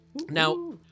Now